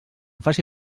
faci